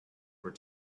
were